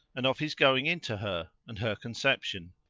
and of his going in to her, and her conception,